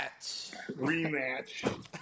Rematch